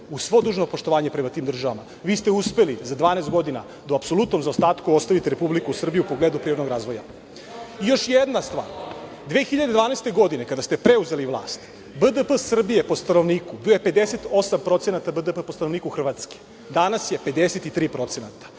uz svo dužno poštovanje prema tim državama. Vi ste uspeli za 12 godina da u apsolutnom zaostatku ostavite Republike Srbiju u pogledu privrednog razvoja. Još jedna stvar. Godine 2012. kada ste preuzeli vlast, BDP Srbije po stanovniku bio je 58% BDP po stanovniku Hrvatske, danas je 53%.